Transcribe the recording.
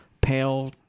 Pale